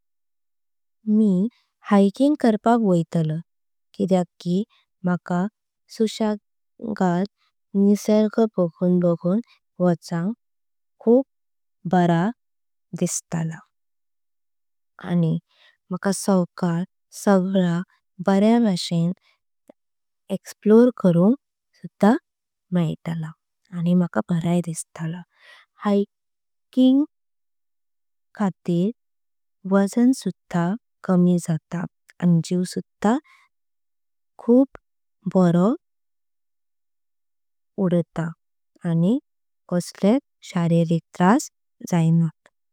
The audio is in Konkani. मी हायकिंग करपाक वयतालय कितेक की मका। शुशाकात निसर्ग बगून बगून। वाचनक बरा दिसटला आणि मका सावकाश सगला। एक्सप्लोर करुंक सुधा बरा दिसता। हायकिंग गे खातीर वजन सुधा। कमी जाता आणि जीव सुधा बरो उठता।